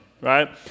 right